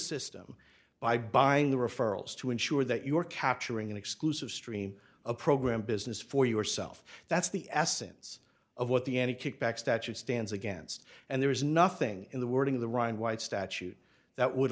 system by buying the referrals to ensure that your capturing an exclusive stream a program business for yourself that's the essence of what the any kickback statute stands against and there is nothing in the wording of the ryan white statute that would